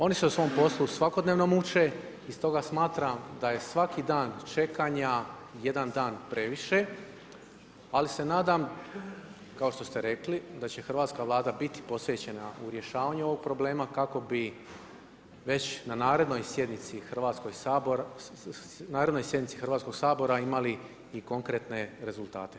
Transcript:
Oni su u svom poslu svakodnevno muče i stoga smatram da je svaki dan čekanja, jedan dan previše, ali se nadam, kao što ste rekli, da će Hrvatska vlada biti posvećena u rješavanju ovog problema, kako bi već na narednoj sjednici Hrvatskog sabora imali i konkretne rezultate.